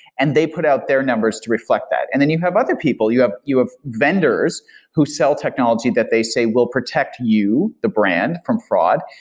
and they put out their numbers to reflect that. and then you have other people, you have you have vendors who sell technology that they say, we'll protect you, you, the brand, from fraud,